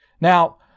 Now